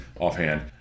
offhand